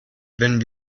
wenn